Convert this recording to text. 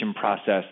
process